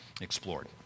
Explored